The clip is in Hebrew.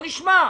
בשקט.